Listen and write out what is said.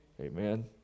Amen